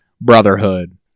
brotherhood